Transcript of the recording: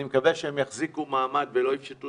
אני מקווה שהם יחזיקו מעמד ולא יפשטו